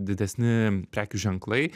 didesni prekių ženklai